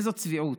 איזו צביעות,